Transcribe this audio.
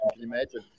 imagine